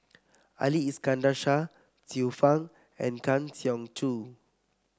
Ali Iskandar Shah Xiu Fang and Kang Siong Joo